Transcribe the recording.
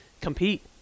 compete